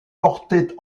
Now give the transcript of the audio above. porté